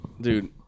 Dude